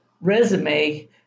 resume